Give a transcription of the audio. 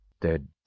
dead